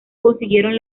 consiguieron